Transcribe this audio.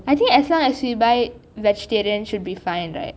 I think as long as we buy vegetarian should be fine right